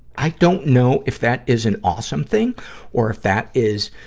i don't know if that is an awesome thing or if that is,